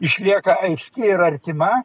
išlieka aiški ir artima